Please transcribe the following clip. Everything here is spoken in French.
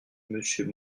monsieur